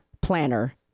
planner